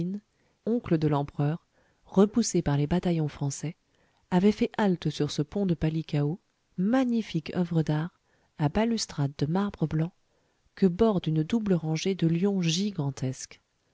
oncle de l'empereur repoussée par les bataillons français avait fait halte sur ce pont de palikao magnifique oeuvre d'art à balustrade de marbre blanc que borde une double rangée de lions gigantesques